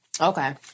Okay